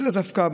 זה לאו דווקא,